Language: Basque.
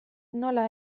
nola